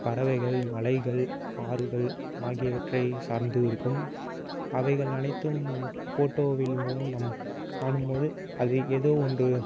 பறவைகள் மலைகள் ஆறுகள் ஆகியவற்றை சார்ந்து இருக்கும் அவைகள் அனைத்தும் ஃபோட்டோவில் மூலம் நம் காணும்போது அது ஏதோ ஒன்று